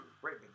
great